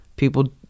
people